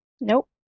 Nope